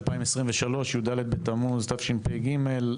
י"ד בתמוז תשפ"ג.